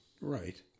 Right